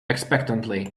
expectantly